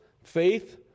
Faith